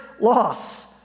loss